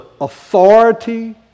authority